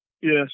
Yes